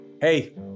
hey